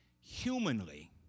humanly